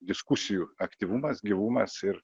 diskusijų aktyvumas gyvumas ir